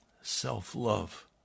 self-love